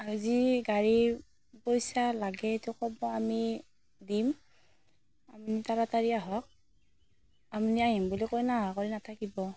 যি গাড়ী পইচা লাগে সেইটো ক'ব আমি দিম তাৰাতাৰি আহক আপুনি আহিম বুলি কৈ নহাকৈ নাথাকিব